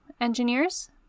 engineers